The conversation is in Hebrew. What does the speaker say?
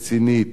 יסודית,